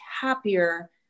happier